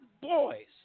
boys